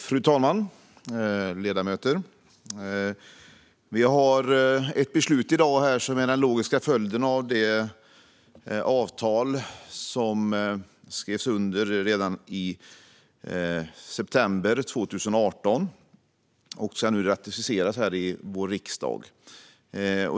Fru talman! Ledamöter! Vi har i dag ett beslut att fatta som är den logiska följden av det avtal som skrevs under redan i september 2018. Det ska nu ratificeras här i vår riksdag.